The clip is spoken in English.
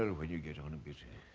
ah when you get on a bit.